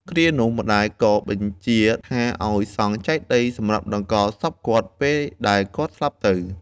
គ្រានោះ ម្តាយក៏បញ្ជាថាឱ្យសង់ចេតិយសម្រាប់តម្កល់សពគាត់ ពេលដែលគាត់ស្លាប់ទៅ